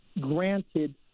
granted